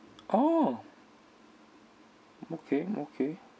orh okay okay